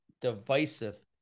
divisive